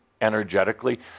energetically